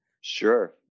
Sure